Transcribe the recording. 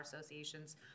associations